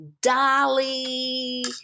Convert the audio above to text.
Dolly